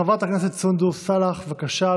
חברת הכנסת סונדוס סאלח, בבקשה.